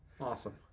Awesome